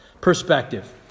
Perspective